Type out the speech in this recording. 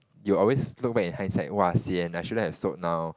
you'll always look back in hindsight !wah! sian I shouldn't have sold now